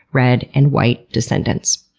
red and white descendants.